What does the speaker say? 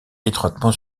étroitement